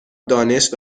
دانش